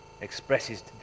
expresses